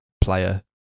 player